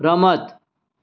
રમત